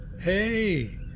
Hey